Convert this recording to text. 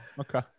okay